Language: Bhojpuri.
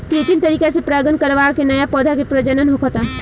कृत्रिम तरीका से परागण करवा के न्या पौधा के प्रजनन होखता